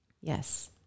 yes